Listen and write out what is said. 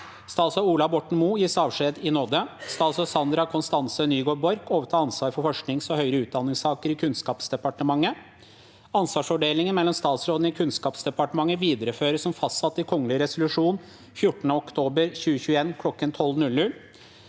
Statsråd Ola Borten Moe gis avskjed i nåde. 2. Statsråd Sandra Konstance Nygård Borch overtar ansvaret for forsknings- og høyere utdanningssaker i Kunnskapsdepartementet. 3. Ansvarsfordelingen mellom statsrådene i Kunnskapsdepartementet videreføres som fastsatt i kongelig resolusjon 14. oktober 2021 kl. 12.00.